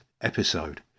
episode